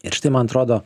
ir štai man atrodo